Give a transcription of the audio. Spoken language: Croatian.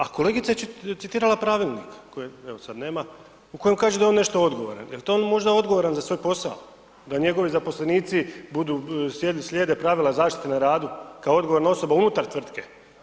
A kolegica je citirala pravilnik koje evo sad nema, u kojem kaže da je on nešto odgovoran, jel to on možda odgovoran za svoj posao, da njegovi zaposlenici slijede pravila zaštite na radu kao odgovorna osoba unutar tvrtke?